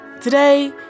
Today